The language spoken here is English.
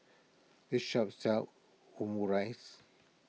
this shop sells Omurice